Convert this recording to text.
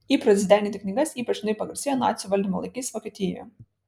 įprotis deginti knygas ypač liūdnai pagarsėjo nacių valdymo laikais vokietijoje